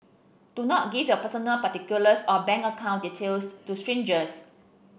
do not give your personal particulars or bank account details to strangers